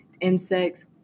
insects